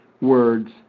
words